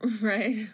Right